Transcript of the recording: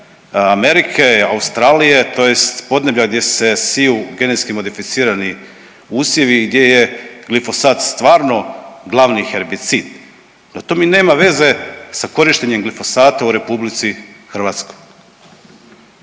Amerike i Australije tj. podneblja gdje se siju genetski modificirani usjevi i gdje je glifosat stvarno glavni herbicid, no to mi nema veze sa korištenjem glifosata u RH.